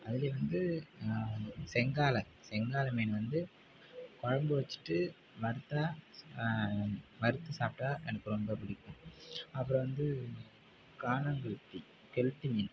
அதுலேயே வந்து நான் செங்காலை செங்காலை மீன் வந்து குழம்பு வச்சுட்டு வறுத்தால் வறுத்து சாப்பிட்டா எனக்கு ரொம்ப பிடிக்கும் அப்புறம் வந்து கானாங்கெளுத்தி கெளுத்தி மீன்